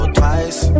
twice